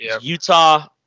utah